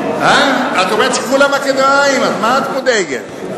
את אומרת שכולם אקדמאים, אז מה את מודאגת?